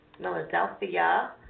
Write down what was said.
Philadelphia